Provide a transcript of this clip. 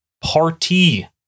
party